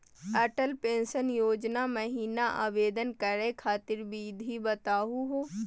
Atal pension योजना महिना आवेदन करै खातिर विधि बताहु हो?